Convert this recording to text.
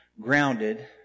grounded